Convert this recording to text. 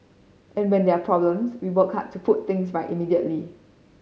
and when there are problems we work hard to put things right immediately